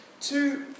two